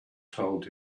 told